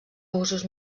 usos